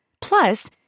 Plus